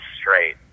straight